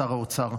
שר האוצר?